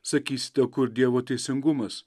sakysite kur dievo teisingumas